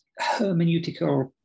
hermeneutical